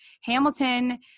Hamilton